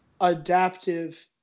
adaptive